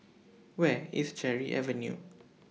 Where IS Cherry Avenue